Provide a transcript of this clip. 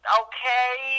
okay